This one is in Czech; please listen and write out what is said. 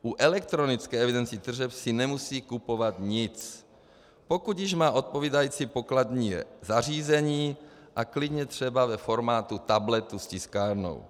U elektronické evidence tržeb si nemusí kupovat nic, pokud již má odpovídající pokladní zařízení, a klidně třeba ve formátu tabletu s tiskárnou.